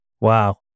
Wow